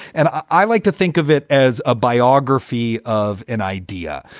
and i like to think of it as a biography of an idea.